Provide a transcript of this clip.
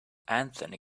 anthony